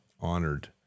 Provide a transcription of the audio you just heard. honored